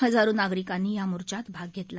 हजारो नागरिकांनी या मोर्चात भाग घेतला